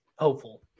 hopeful